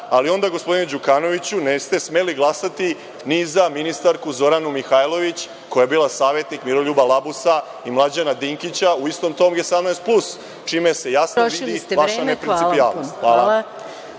ali onda, gospodine Đukanoviću, niste smeli glasati ni za ministarku Zoranu Mihajlović koja je bila savetnik Miroljuba Labusa i Mlađana Dinkića u istom tom G17 plus, čime se jasno vidi vaša neprincipijelnost.